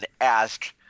ask